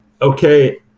okay